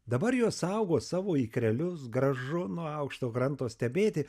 dabar jos saugo savo ikrelius gražu nuo aukšto kranto stebėti